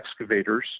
excavators